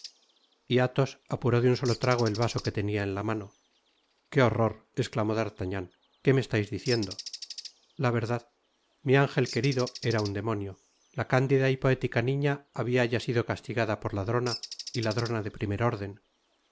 y athos apuró de un solo trago el vaso que tenia en la mano qué horror i esclamó d'artagnan qué me estais diciendo la verdad mi ángel querido era un demonio la cándida y poética niña habia ya sido castigada por ladrona y ladrona de primer órden